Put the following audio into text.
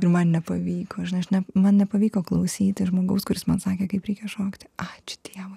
ir man nepavyko žinai aš ne man nepavyko klausyti žmogaus kuris man sakė kaip reikia šokti ačiū dievui